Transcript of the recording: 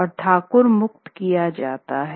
और ठाकुर मुक्त किया जाता है